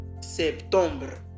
Septembre